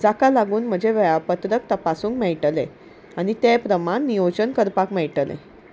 जाका लागून म्हजें वेळापत्रक तपासूंक मेळटलें आनी तें प्रमाण नियोजन करपाक मेळटलें